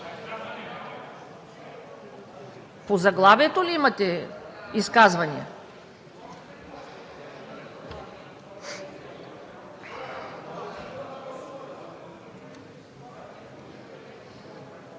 По заглавието ли имате изказвания?